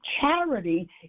Charity